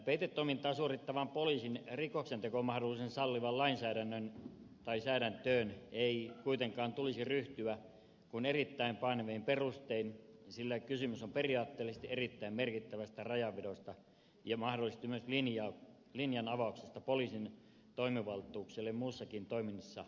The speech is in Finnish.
peitetoimintaa suorittavan poliisin rikoksentekomahdollisuuden sallivaan lainsäädäntöön ei kuitenkaan tulisi ryhtyä kuin erittäin painavin perustein sillä kysymys on periaatteellisesti erittäin merkittävästä rajanvedosta ja mahdollisesti myös linjan avauksesta poliisin toimivaltuuksiin muussakin toiminnassa vastaisuudessa